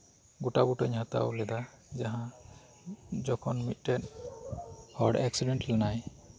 ᱜᱚᱴᱟ ᱵᱩᱴᱟᱹᱧ ᱦᱟᱛᱟᱣ ᱞᱮᱫᱟ ᱡᱟᱦᱟᱸ ᱡᱚᱠᱷᱚᱱ ᱢᱤᱫᱴᱮᱱ ᱦᱚᱲ ᱮᱠᱥᱤᱰᱮᱱᱴ ᱞᱮᱱᱟᱭ